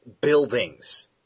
buildings